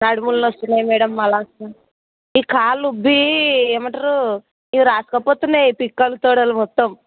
నడుములు నొస్తున్నాయి మ్యాడమ్ మలాస్ ఈ కాళ్ళు ఉబ్బి ఏమంటారు ఇవి రాసుకుపోతున్నాయి పిక్కలు తొడలు మొత్తం